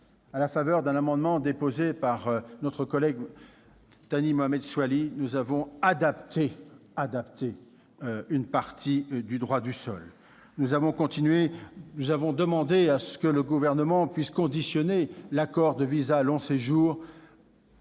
à la faveur d'un amendement déposé par notre collègue Thani Mohamed Soilihi, nous avons adapté une partie du droit du sol. Nous avons demandé que le Gouvernement puisse conditionner l'accord de visas de long séjour